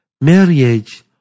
Marriage